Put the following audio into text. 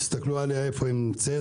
תסתכלו איפה היא נמצאת.